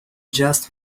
just